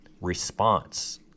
response